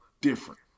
different